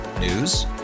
News